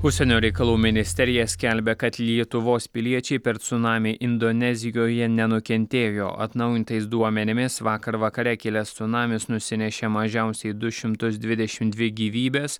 užsienio reikalų ministerija skelbia kad lietuvos piliečiai per cunamį indonezijoje nenukentėjo atnaujintais duomenimis vakar vakare kilęs cunamis nusinešė mažiausiai du šimtus dvidešim dvi gyvybes